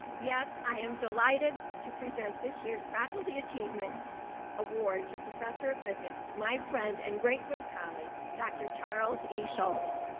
yes, i am delighted to present this year's faculty achievement award to professor of physics, my friend and great good colleague, dr. charles e. schulz.